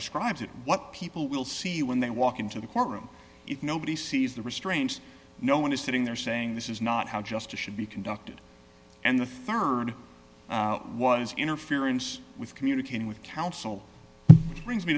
describes it what people will see when they walk into the courtroom if nobody sees the restraints no one is sitting there saying this is not how justice should be conducted and the rd one is interference with communicating with counsel which brings me